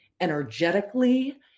energetically